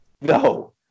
No